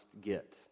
get